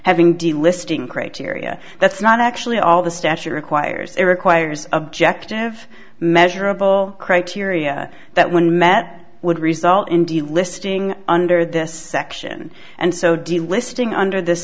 having delisting criteria that's not actually all the statute requires it requires objective measurable criteria that when met would result in delisting under this section and so delisting under this